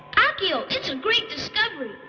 akio, it's a great discovery.